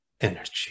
energy